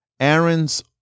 Aaron's